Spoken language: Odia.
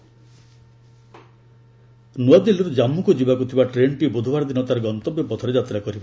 ନ୍ତ୍ରଆଦିଲ୍ଲୀରୁ ଜାମ୍ମୁକୁ ଯିବାକୁ ଥିବା ଟ୍ରେନ୍ଟି ବୁଧବାର ଦିନ ତାର ଗନ୍ତବ୍ୟପଥରେ ଯାତ୍ରା କରିବ